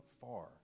far